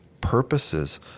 purposes